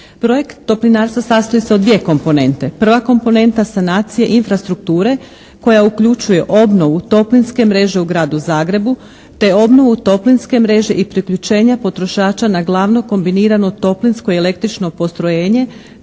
Projekt toplinarstva sastoji se od dvije komponente. Prva komponenta sanacije infrastrukture koja uključuje obnovu toplinske mreže u gradu Zagrebu te obnovu toplinske mreže i priključenja potrošača na glavno kombinirano toplinsko i električno postrojenje